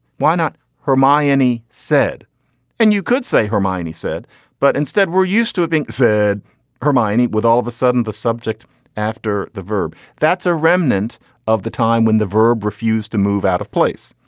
why not her my any said and you could say her mind he said but instead we're used to it being said her mind with all of a sudden the subject after the verb that's a remnant of the time when the verb refused to move out of place.